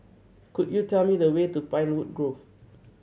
could you tell me the way to Pinewood Grove